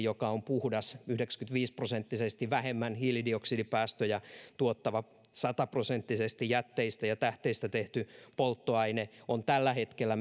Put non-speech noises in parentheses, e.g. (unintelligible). (unintelligible) joka on puhdas yhdeksänkymmentäviisi prosenttisesti vähemmän hiilidioksidipäästöjä tuottava sata prosenttisesti jätteistä ja tähteistä tehty polttoaine on tällä hetkellä (unintelligible)